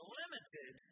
limited